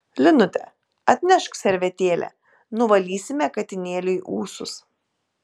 linute atnešk servetėlę nuvalysime katinėliui ūsus